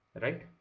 right